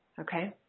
okay